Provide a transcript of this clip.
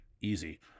Easy